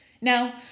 Now